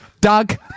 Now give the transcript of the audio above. Doug